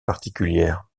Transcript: particulière